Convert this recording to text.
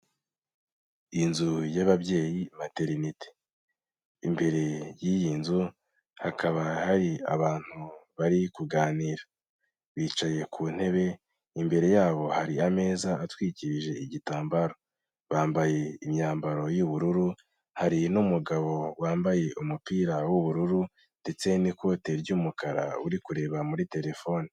Inzu y'ababyeyi materinite. Imbere y'iyi nzu, hakaba hari abantu bari kuganira. Bicaye ku ntebe, imbere yabo hari ameza atwikirije igitambaro. Bambaye imyambaro y'ubururu, hari n'umugabo wambaye umupira w'ubururu, ndetse n'ikoti ry'umukara uri kureba muri terefone.